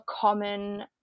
common